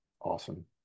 awesome